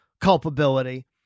culpability